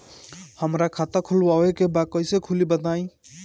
हमरा खाता खोलवावे के बा कइसे खुली बताईं?